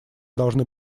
должны